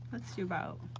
let's do about